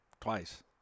twice